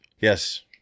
Yes